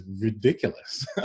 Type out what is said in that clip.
ridiculous